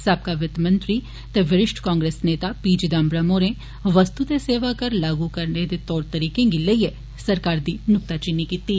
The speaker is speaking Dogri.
साबका वित्त मंत्री ते वरिष्ठ कांग्रेस नेता पी चिदाम्बरम होरें वस्ते ते सेवा कर लागू करने दे तौर तरीके गी लेइयै सरकार दी नुक्ताचीनी कीती ऐ